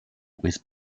with